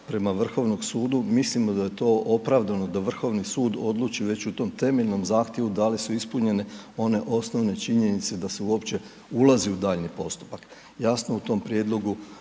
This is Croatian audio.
prema Vrhovnom sudu, mislimo da je to opravdano, da Vrhovni sud, odluči već u tom temeljnom zahtjevu da li su ispunjene one osnovne činjenice da se uopće ulazi u daljnji postupak. Jasno u tom prijedlogu